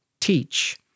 teach